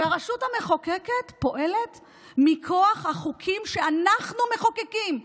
והרשות המחוקקת פועלת מכוח החוקים שאנחנו מחוקקים,